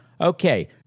Okay